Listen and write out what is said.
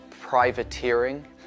privateering